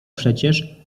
przecież